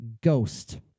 Ghost